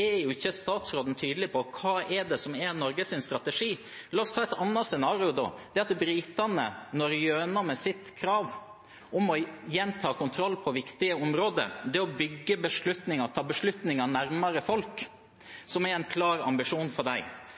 er ikke statsråden tydelig på hva som er Norges strategi. La oss da ta et annet scenario, at britene når gjennom med sitt krav om igjen å ta kontroll på viktige områder, å bygge beslutninger og ta beslutninger nærmere folk,